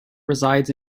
resides